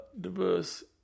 diverse